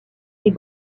est